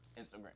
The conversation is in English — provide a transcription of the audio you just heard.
Instagram